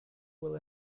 will